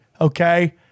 Okay